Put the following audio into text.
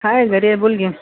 आहे घरी आहे बोल की